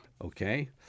okay